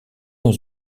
dans